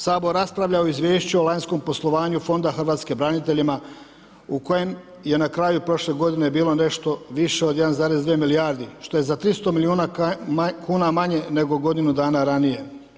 Sabor raspravlja o izvješću o lanjskom poslovanju Fonda hrvatskih braniteljima u kojem je na kraju prošle godine bilo nešto više od 1,2 milijarde što je za 300 milijuna kuna manje nego godinu dana ranije.